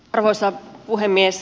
arvoisa puhemies